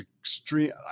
extreme